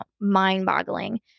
mind-boggling